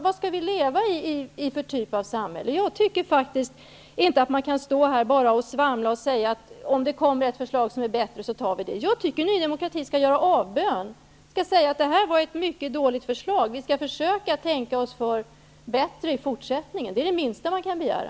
Vad skall vi leva i för typ av samhälle? Jag anser inte att man bara kan stå här och svamla och säga, om det kommer ett förslag som är bättre så stöder vi det i stället. Jag tycker att Ny demokrati skall göra avbön och säga att detta var ett mycket dåligt förslag. Ni bör säga att ni skall försöka tänka er bättre för i fortsättningen. Det är det minsta man kan begära.